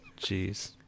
Jeez